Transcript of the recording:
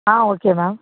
ah okay ma'am